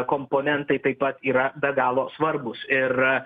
komponentai taip pat yra be galo svarbūs ir